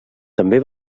també